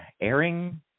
airing